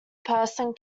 person